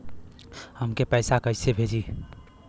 हमके पैसा कइसे भेजी?